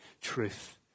truth